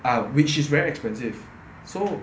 ah which is very expensive so